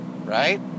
Right